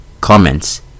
Comments